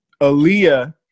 Aaliyah